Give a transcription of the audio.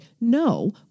No